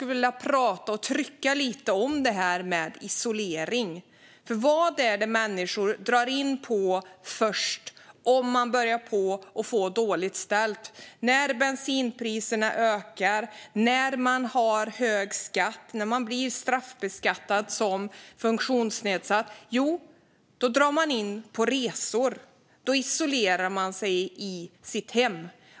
Låt mig trycka lite på detta med isolering. Vad är det människor med funktionsnedsättning drar in på först när de börjar få det dåligt ställt, när bensinpriserna ökar och när de straffbeskattas? Jo, då drar de in på resor och isolerar sig i sina hem.